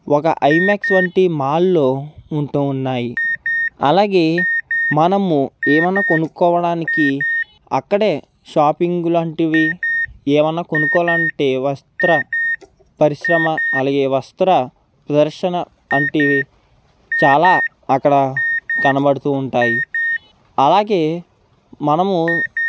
ఒక ఐమాక్స్ వంటి మాల్లో ఉంటు ఉన్నాయి అలాగే మనము ఏమైన్నా కొనుకోవడానికి అక్కడ షాపింగ్ లాంటివి ఏవైనా కొనుకోవాలంటే వస్త్ర